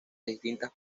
distintas